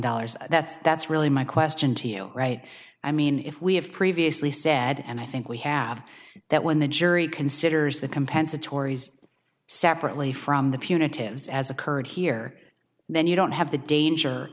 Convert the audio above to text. dollars that's that's really my question to you right i mean if we have previously said and i think we have that when the jury considers that compensatory separately from the punitive is as occurred here then you don't have the danger